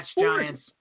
Giants